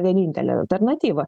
vienintelę alternatyvą